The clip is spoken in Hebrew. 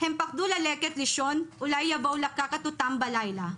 הם פחדו ללכת לישון כי אולי יבואו לקחת אותם בלילה.